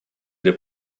для